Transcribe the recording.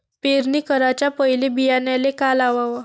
पेरणी कराच्या पयले बियान्याले का लावाव?